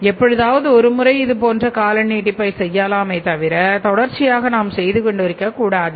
எப்பொழுதாவது ஒரு முறை இது போன்ற கால நீட்டிப்பை செய்யலாமே தவிர தொடர்ச்சியாக நாம் செய்து கொண்டிருக்கக்கூடாது